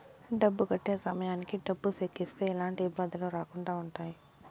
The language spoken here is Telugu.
డబ్బు కట్టే సమయానికి డబ్బు సెక్కు ఇస్తే ఎలాంటి ఇబ్బందులు రాకుండా ఉంటాయి